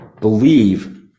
Believe